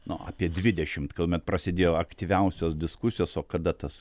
nu apie dvidešimt kuomet prasidėjo aktyviausios diskusijos o kada tas